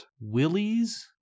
Willie's